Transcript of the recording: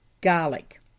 garlic